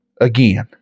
again